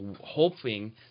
hoping